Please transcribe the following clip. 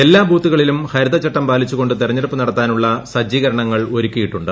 എല്ലാ ബൂത്തുകളിലും ഹരിതചട്ടം പാലിച്ചു കൊണ്ട് തിരഞ്ഞെടുപ്പ് നടത്താനുള്ള സജ്ജീകരണങ്ങൾ ഒരുക്കി യിട്ടുണ്ട്